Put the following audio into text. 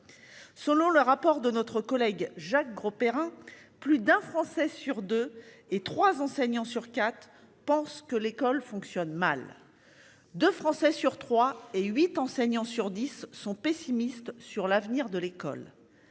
Selon le rapport de notre collègue Jacques Grosperrin. Plus d'un Français sur 2 et 3 enseignants sur 4 pensent que l'école fonctionne mal. 2 Français sur 3 et 8 enseignants sur 10 sont pessimistes sur l'avenir de l'école.